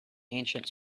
ancient